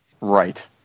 right